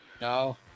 No